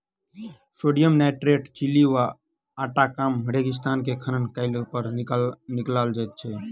sodium nitrate Chile के Atacama रेगिस्तान मे खनन कयलापर निकालल जाइत छै